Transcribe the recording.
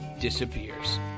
disappears